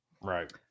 Right